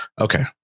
Okay